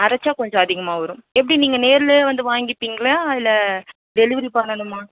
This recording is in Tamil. அரைச்சா கொஞ்சம் அதிகமாக வரும் எப்படி நீங்கள் நேரில் வந்து வாங்கிப்பீங்களா இல்லை டெலிவரி பண்ணணுமா